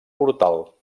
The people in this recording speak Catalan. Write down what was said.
portal